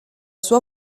sua